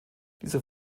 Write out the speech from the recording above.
dieser